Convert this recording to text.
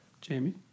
Jamie